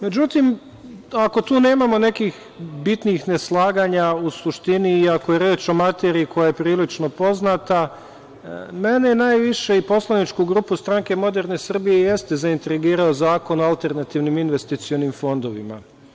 Međutim, ako tu nemamo nekih bitnijih neslaganja u suštini i ako je reč o materiji koja je prilično poznata, mene i poslaničku grupu Stranke moderne Srbije jeste zaintrigirao Zakon o alternativnim i investicionim fondovima.